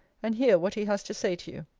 and hear what he has to say to you.